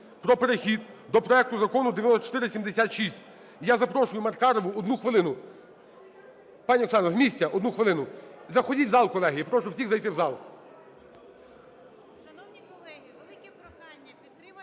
про перехід до проекту Закону 9476. Я запрошуюМаркарову, 1 хвилину. Пані Оксано, з місця 1 хвилину. Заходьте в зал, колеги, я прошу всіх зайти в зал.